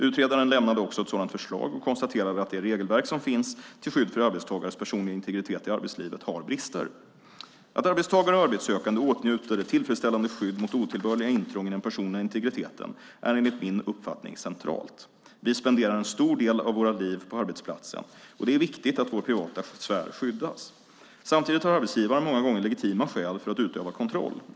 Utredaren lämnade också ett sådant förslag och konstaterade att det regelverk som finns till skydd för arbetstagares personliga integritet i arbetslivet har brister. Att arbetstagare och arbetssökande åtnjuter ett tillfredsställande skydd mot otillbörliga intrång i den personliga integriteten är enligt min uppfattning centralt. Vi spenderar en stor del av våra liv på arbetsplatsen, och det är viktigt att vår privata sfär skyddas. Samtidigt har arbetsgivare många gånger legitima skäl för att utöva kontroll.